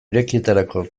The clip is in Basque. irekietarako